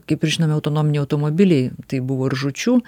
kaip ir žinome autonominiai automobiliai tai buvo ir žūčių